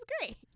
great